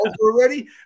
already